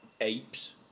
apes